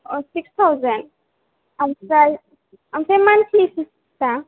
अह six thousand आमफ्राय आमफ्राय monthly fees आ